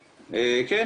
כן.